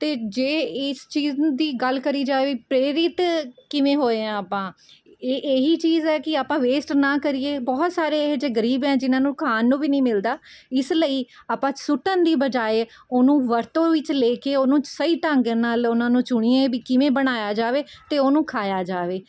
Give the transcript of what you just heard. ਅਤੇ ਜੇ ਇਸ ਚੀਜ਼ ਦੀ ਗੱਲ ਕਰੀ ਜਾਵੇ ਪ੍ਰੇਰਿਤ ਕਿਵੇਂ ਹੋਏ ਹਾਂ ਆਪਾਂ ਇਹ ਇਹੀ ਚੀਜ਼ ਹੈ ਕਿ ਆਪਾਂ ਵੇਸਟ ਨਾ ਕਰੀਏ ਬਹੁਤ ਸਾਰੇ ਇਹੋ ਜਿਹੇ ਗਰੀਬ ਹੈ ਜਿਨ੍ਹਾਂ ਨੂੰ ਖਾਣ ਨੂੰ ਵੀ ਨਹੀਂ ਮਿਲਦਾ ਇਸ ਲਈ ਆਪਾਂ ਸੁੱਟਣ ਦੀ ਬਜਾਏ ਉਹਨੂੰ ਵਰਤੋਂ ਵਿੱਚ ਲੈ ਕੇ ਉਹਨੂੰ ਸਹੀ ਢੰਗ ਨਾਲ਼ ਉਹਨਾਂ ਨੂੰ ਚੁਣੀਏ ਵੀ ਕਿਵੇਂ ਬਣਾਇਆ ਜਾਵੇ ਅਤੇ ਉਹਨੂੰ ਖਾਇਆ ਜਾਵੇ